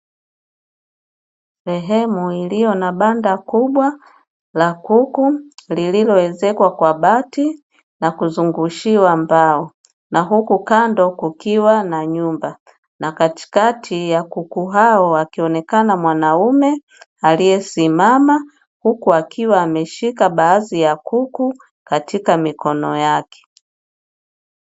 Sehemu iliyo na banda kubwa la kuku lililowezekwa kwa bahati na kuzungushiwa mbao, na huku kando kukiwa na nyumba na katikati ya kuku hao wakionekana mwanaume aliyesimama huku akiwa ameshika baadhi ya kuku katika mikono yake.